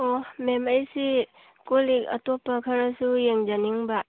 ꯑꯣ ꯃꯦꯝ ꯑꯩꯁꯤ ꯀꯣꯜ ꯂꯤꯛ ꯑꯇꯣꯞꯄ ꯈꯔꯁꯨ ꯌꯦꯡꯖꯅꯤꯡꯕ